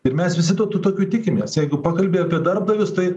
ir mes visi to tų tokių tikimės jeigu pakalbi apie darbdavius tai